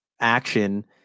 action